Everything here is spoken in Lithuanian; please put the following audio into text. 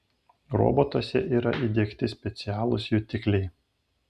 robotuose yra įdiegti specialūs jutikliai